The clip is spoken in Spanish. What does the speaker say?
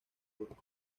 turcos